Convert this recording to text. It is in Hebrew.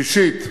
שישית,